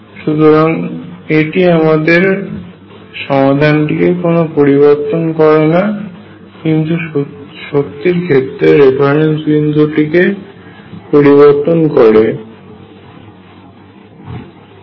সুতরাং এর ফলে সমাধানটির কোনো পরিবর্তন ঘটাবে না কিন্তু শক্তির রেফারেন্স বিন্দুটি এক্ষেত্রে পরিবর্তিত হবে